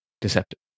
deceptive